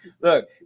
Look